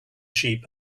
sheep